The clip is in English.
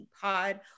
pod